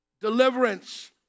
Deliverance